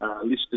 Listed